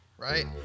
right